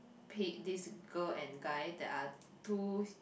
paid this girl and guy there are two